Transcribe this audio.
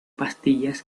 pastillas